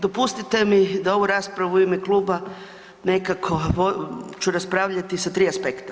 Dopustite mi da ovu raspravu u ime kluba nekako ću raspravljati sa 3 aspekta.